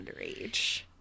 underage